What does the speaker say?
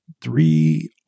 three